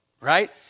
right